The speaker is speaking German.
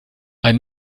ein